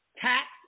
tax